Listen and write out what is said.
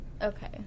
Okay